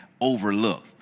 overlook